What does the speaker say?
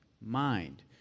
mind